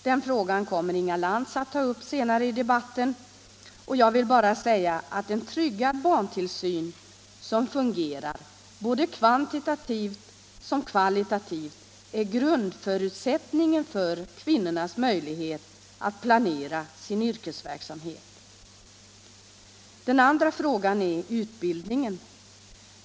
Den frågan kommer Inga Lantz att ta upp senare i debatten; jag vill bara säga att en tryggad barntillsyn, som fungerar såväl kvantitativt som kvalitativt, är grundförutsättningen för kvinnornas möjlighet att planera sin yrkesverksamhet. Den andra frågan är utbildningen.